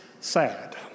sad